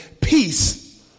peace